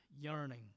yearning